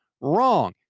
wrong